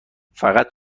فقط